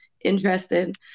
interested